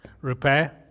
repair